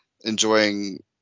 Enjoying